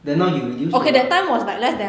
then now you reduce to what